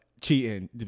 Cheating